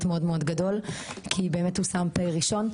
מאוד מאוד גדול כי באמת הוא שם פ' ראשון,